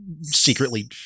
secretly